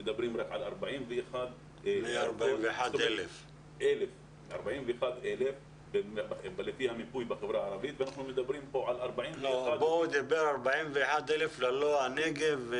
הם מדברים על 41,000. הוא דיבר על 41,000 ללא הנגב.